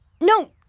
No